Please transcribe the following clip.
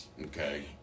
Okay